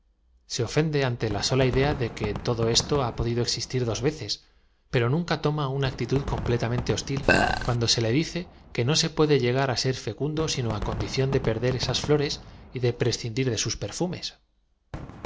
se ofende ante la sola idea de que todo esto ha podido existir dos veces pero nunca toma una actitud completamente hoatíl cual se le dice que no se puede llegar s e r fecundo sino condición de perder esas flores y de prescindir de sus perfumes